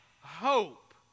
hope